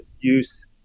use